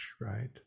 right